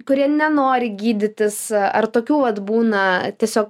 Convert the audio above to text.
kurie nenori gydytis ar tokių vat būna tiesiog